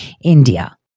India